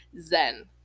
zen